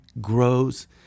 grows